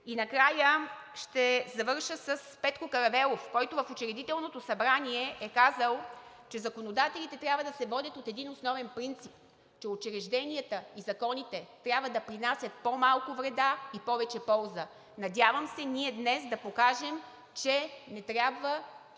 И накрая ще завърша с Петко Каравелов, който в Учредителното събрание е казал, че законодателите трябва да се водят от един основен принцип – че учрежденията и законите трябва да принасят по-малко вреда и повече полза. Надявам се ние днес да покажем, че не трябва